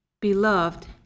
Beloved